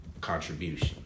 contribution